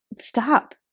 Stop